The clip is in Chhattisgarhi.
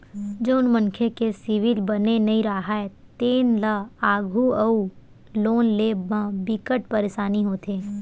जउन मनखे के सिविल बने नइ राहय तेन ल आघु अउ लोन लेय म बिकट परसानी होथे